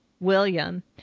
William